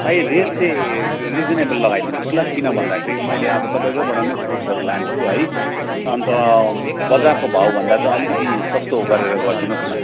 भाइ रेट चाहिँ रिजनेबल लगाइदिनु होस् ल किन भन्दाखेरि मैले अब तपाईँकोबाट नै फ्रुट्सहरू लान्छु है अन्त बजारको भाउभन्दा चाहिँ अलिकति सस्तो गरेर गरिदिनु होस् न